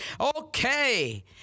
okay